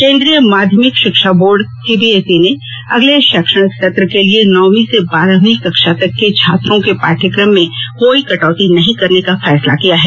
केन्द्रीय माध्यमिक शिक्षा बोर्ड सीबीएसई ने अगले शैक्षणिक सत्र के लिए नौवीं से बारहवीं कक्षा तक के छात्रों के पाठ्यक्रम में कोई कटौती नहीं करने का फैसला किया है